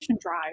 drive